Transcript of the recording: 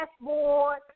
dashboard